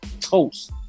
toast